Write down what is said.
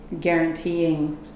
guaranteeing